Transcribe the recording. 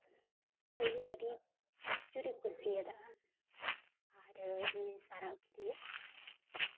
ᱩᱱᱤ ᱟᱹᱰᱤ ᱡᱳᱨᱮ ᱠᱩᱥᱤᱭᱟᱫᱟ ᱟᱨ ᱤᱧ ᱮ ᱥᱟᱨᱦᱟᱣ ᱠᱤᱫᱤᱧᱟ